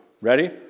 ready